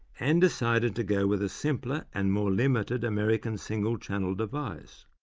and decided to go with a simpler and more limited american single-channel device.